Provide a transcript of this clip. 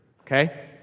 Okay